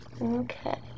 Okay